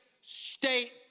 state